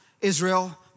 Israel